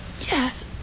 Yes